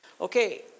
Okay